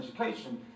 education